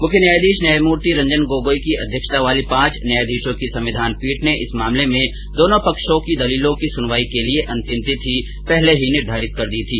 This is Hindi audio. मुख्य न्यायाधीश न्यायमूर्ति रंजन गोगोई की अध्यक्षता वाली पांच न्यायाधीशों की संविधान पीठ ने इस मामले में दोनों पक्षो की दलीलों की सुनवाई के लिए अंतिम तिथि पहले ही निर्घारित कर दी थी